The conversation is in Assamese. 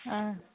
অঁ